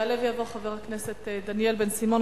יעלה ויבוא חבר הכנסת דניאל בן-סימון,